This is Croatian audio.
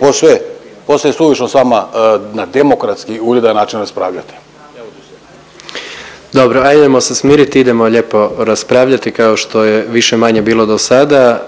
posve je suvišno na demokratski uljudan način raspravljati. **Jandroković, Gordan (HDZ)** Dobro ajdemo se smiriti idemo lijepo raspravljati kao što je više-manje bilo do sada.